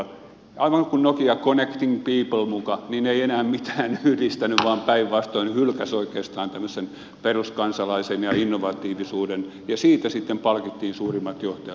aivan kuin nokia connecting people muka ei enää mitään yhdistänyt vaan päinvastoin hylkäsi oikeastaan tämmöisen peruskansalaisen ja innovatiivisuuden ja siitä sitten palkittiin suurimmat johtajat